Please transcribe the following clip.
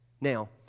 Now